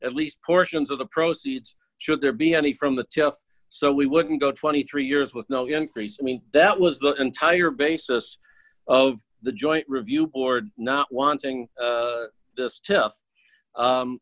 at least portions of the proceeds should there be any from the t f so we wouldn't go twenty three years with no increase i mean that was the entire basis of the joint review board not wanting